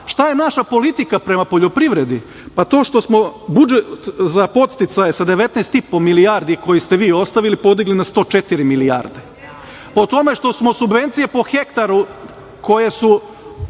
šta je naša politika prema poljoprivredi? Pa to što smo budžet za podsticaje sa 19,5 milijardi, koje ste vi ostavili, podigli na 104 milijarde, po tome što smo subvencije po hektaru, čiji je